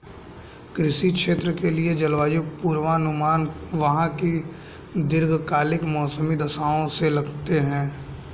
किसी क्षेत्र के लिए जलवायु पूर्वानुमान वहां की दीर्घकालिक मौसमी दशाओं से लगाते हैं